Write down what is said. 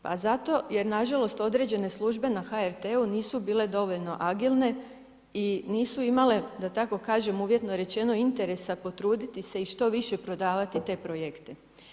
Pa zato, jer nažalost, određene službe na HRT nisu bile dovoljno agilne i nisu imale da tako kažem, uvjetno rečeno interesa potruditi se i što više prodavati te projekte.